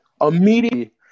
immediately